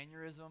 aneurysm